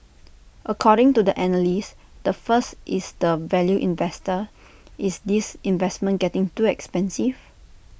according to the analyst the first is the value investor is this investment getting too expensive